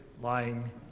lying